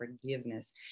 forgiveness